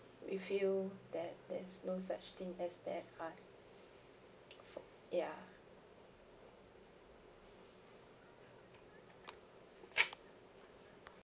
we feel that there's no such thing as bad art ya